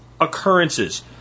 occurrences